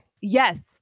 yes